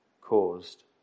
caused